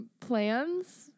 plans